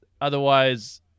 otherwise